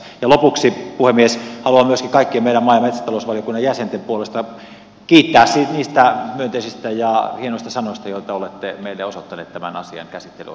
ja lopuksi puhemies haluan myöskin kaikkien meidän maa ja metsätalousvaliokunnan jäsenten puolesta kiittää niistä myönteisistä ja hienoista sanoista joita olette meille osoittaneet tämän asian käsittelyn osalta